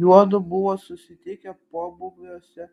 juodu buvo susitikę pobūviuose